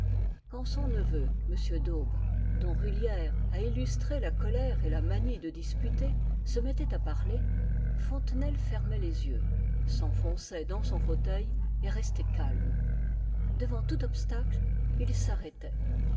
quand son neveu m d'aube dont rulhière a illustré la colère et la manie de disputer se mettait à parler fontenelle fermait les yeux s'enfonçait dans son fauteuil et restait calme devant tout obstacle il s'arrêtait